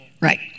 Right